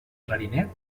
clarinet